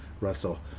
Russell